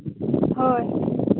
ᱦᱳᱭ